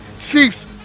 Chiefs